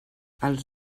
els